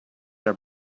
are